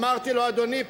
אמרתי לו: אדוני,